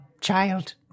child